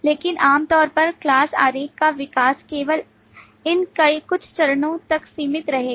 लेकिन आमतौर पर class आरेख का विकास केवल इन कुछ चरणों तक सीमित रहेगा